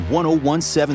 1017